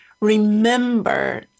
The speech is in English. remember